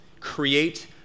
create